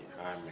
Amen